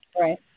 right